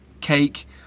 cake